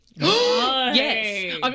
Yes